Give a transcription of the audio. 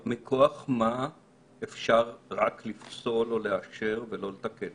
מכוח מה אפשר רק לפסול או לאפשר או לאשר ולא לתקן?